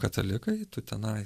katalikai tu tenai